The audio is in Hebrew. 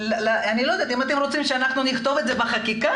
אם אתם רוצים שנפתור את זה בחקיקה,